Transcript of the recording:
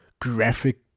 graphic